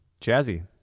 Jazzy